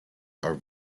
are